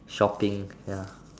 shopping ya